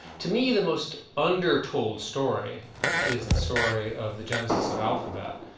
to me, the most undertold story is the story of the genesis of alphabet.